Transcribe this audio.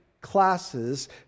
classes